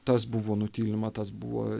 tas buvo nutylima tas buvo